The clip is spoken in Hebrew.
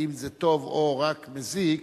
האם זה טוב או רק מזיק,